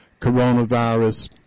coronavirus